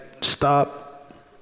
stop